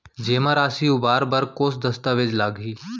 जेमा राशि उबार बर कोस दस्तावेज़ लागही?